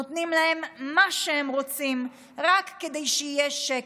נותנים להם מה שהם רוצים רק כדי שיהיה שקט.